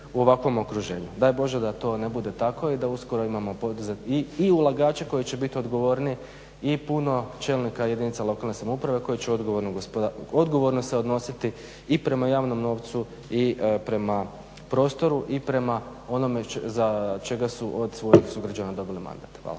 u ovakvom okruženju. Daj Bože da to ne bude tako i da uskoro imamo i ulagače koji će biti odgovorniji i puno čelnika jedinica lokalne samouprave koji će odgovorno se odnositi i prema javnom novcu i prema prostoru i prema onome za čega su od svojih sugrađana dobili mandat. Hvala.